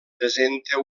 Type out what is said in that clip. presenta